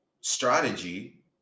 strategy